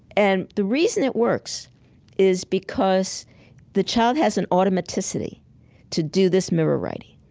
and the reason it works is because the child has an automaticity to do this mirror writing,